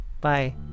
Bye